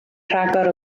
rhagor